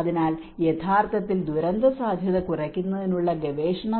അതിനാൽ യഥാർത്ഥത്തിൽ ദുരന്തസാധ്യത കുറയ്ക്കുന്നതിനുള്ള ഗവേഷണ